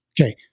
Okay